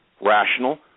rational